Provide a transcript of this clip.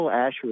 Asher